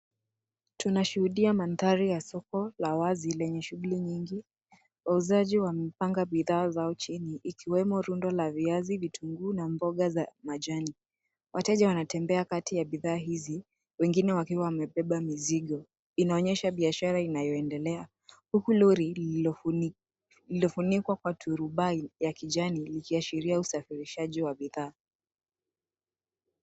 Tunashuhudia mandhari ya soko la wazi lenye shughuli nyingi. Wauzaji wamepanga bidhaa zao chini ikiwemo rundo la viazi, vitunguu na mboga za majani. Wateja wanatembea kati ya bidhaa hizi, wengine wakiwa wamebeba mizigo. Inaonyesha biashara inayoendelea huku lori lililofunikwa kwa turubai ya kijani, ikiashiria usafirishaji wa bidhaa.